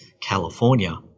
California